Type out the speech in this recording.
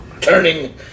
turning